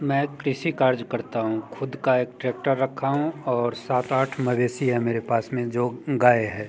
मैं कृषि काज करता हूँ खुद का एक ट्रैक्टर रखा हूँ और सात आठ मवेशी है मेरे पास में जो गाय है